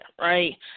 right